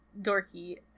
dorky